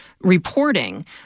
reporting